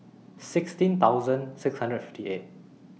sixteen thousand six hundred and fifty eight